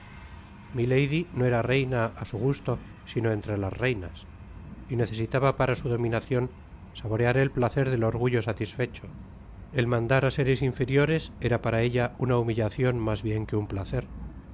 no era reina á su gusto sino entre las reinas y necesitaba para su dominacion saborear el placer del orgullo satisfecho el mandar á seres inferiores era para ella una humillacion mas bien que un placer